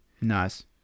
Nice